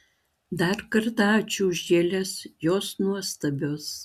dar kartą ačiū už gėles jos nuostabios